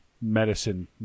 medicine